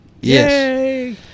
Yes